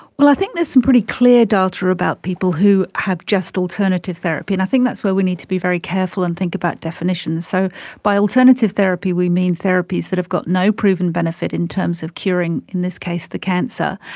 well, i think there's some pretty clear data about people who have just alternative therapy and i think that's where we need to be very careful and think about definitions. so by alternative therapy we mean therapies that have got no proven benefit in terms of curing, in this case, the cancer,